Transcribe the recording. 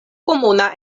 komuna